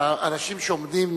האנשים שעומדים,